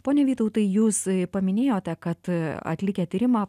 pone vytautai jūs paminėjote kad atlikę tyrimą